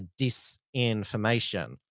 disinformation